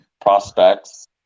prospects